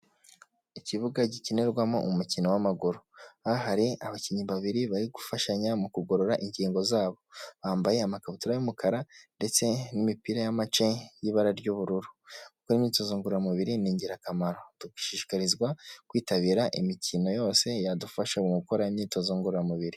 Ikibuga gikinirwamo umukino w'amaguru, aha hari abakinnyi babiri bari gufashanya mu kugorora ingingo zabo, bambaye amakabutura y'umukara ndetse n'imipira y'amace y'ibara ry'ubururu, gukora imyitozo ngororamubiri ni ingirakamaro tugashishikarizwa kwitabira imikino yose yadufasha mu gukora imyitozo ngororamubiri.